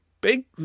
big